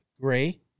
Gray